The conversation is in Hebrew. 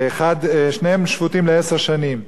שניהם שפוטים לעשר שנים.